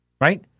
right